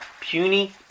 puny